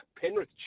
Penrith